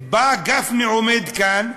בא גפני, עומד כאן,